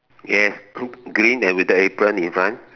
yes green and with the apron in front